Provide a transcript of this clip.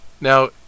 Now